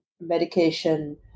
medication